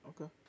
okay